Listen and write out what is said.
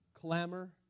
clamor